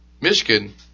Michigan